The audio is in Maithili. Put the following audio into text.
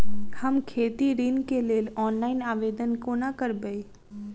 हम खेती ऋण केँ लेल ऑनलाइन आवेदन कोना करबै?